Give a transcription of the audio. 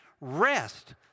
Rest